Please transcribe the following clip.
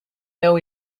know